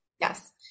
Yes